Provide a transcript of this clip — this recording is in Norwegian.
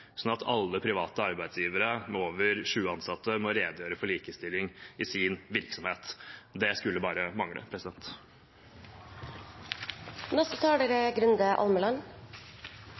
at alle private arbeidsgivere med over 20 ansatte må redegjøre for likestilling i sin virksomhet. Det skulle bare mangle. Jeg er